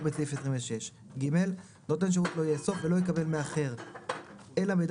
בסעיף 26. (ג) נותן שירות לא יאסוף ולא יקבל מאחר אלא מידע